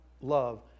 love